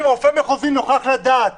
אם רופא מחוזי נוכח לדעת